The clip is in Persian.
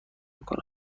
کنم